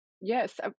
Yes